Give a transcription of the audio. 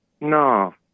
No